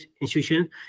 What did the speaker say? institutions